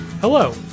Hello